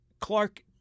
Clark